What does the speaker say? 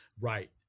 right